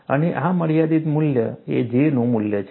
અને આ મર્યાદિત મૂલ્ય એ J નું મૂલ્ય છે